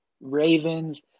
Ravens